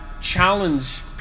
challenge